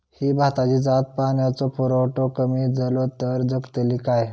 ही भाताची जात पाण्याचो पुरवठो कमी जलो तर जगतली काय?